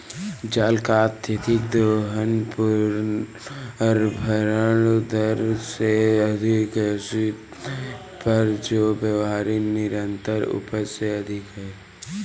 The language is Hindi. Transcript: जल का अत्यधिक दोहन पुनर्भरण दर से अधिक ऐसी दर पर जो व्यावहारिक निरंतर उपज से अधिक है